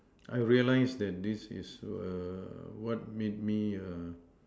I realize that this is err what made me err